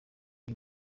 uyu